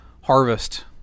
harvest